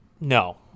no